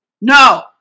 No